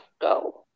go